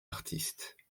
artistes